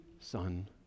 son